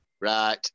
Right